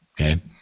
Okay